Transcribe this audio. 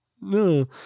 No